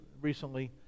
recently